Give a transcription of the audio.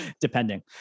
Depending